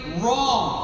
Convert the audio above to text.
wrong